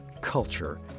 Culture